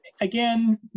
again